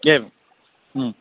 एवम्